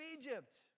Egypt